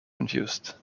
confused